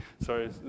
Sorry